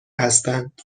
هستند